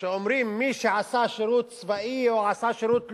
שאומרים שמי שעשה שירות צבאי או עשה שירות לאומי,